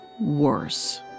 worse